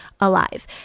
alive